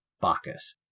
bacchus